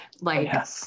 like-